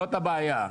זאת הבעיה.